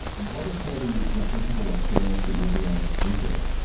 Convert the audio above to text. what are some of the the physical experiments that you're doing these days?